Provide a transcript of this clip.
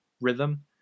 rhythm